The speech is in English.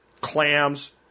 Clams